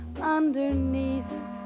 Underneath